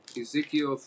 Ezekiel